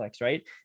right